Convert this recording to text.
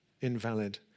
invalid